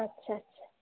আচ্ছা আচ্ছা